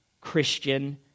Christian